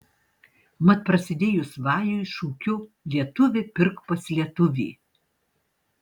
mat prasidėjus vajui šūkiu lietuvi pirk pas lietuvį